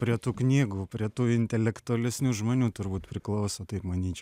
prie tų knygų prie tų intelektualesnių žmonių turbūt priklauso taip manyčiau